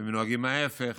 והם נוהגים ההפך.